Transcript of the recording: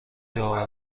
داور